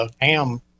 ham